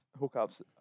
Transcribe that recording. hookups